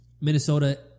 Minnesota